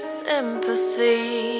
sympathy